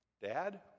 Dad